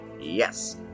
Yes